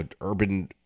urban